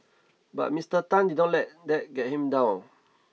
but Mister Tan did not let that get him down